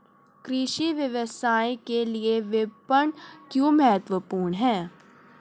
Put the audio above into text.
कृषि व्यवसाय के लिए विपणन क्यों महत्वपूर्ण है?